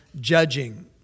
judging